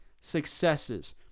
successes